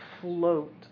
float